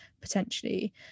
potentially